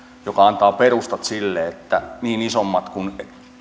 joka antaa perustat sille että niin isommat kuin